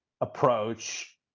approach